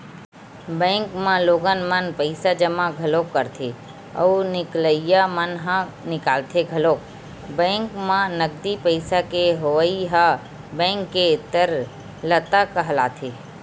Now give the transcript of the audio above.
bank म लोगन मन पइसा जमा घलोक करथे अउ निकलइया मन ह निकालथे घलोक बेंक म नगदी पइसा के होवई ह बेंक के तरलता कहलाथे